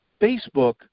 Facebook